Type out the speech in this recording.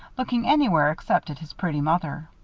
looking anywhere except at his pretty mother.